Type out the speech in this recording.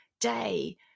day